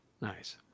Nice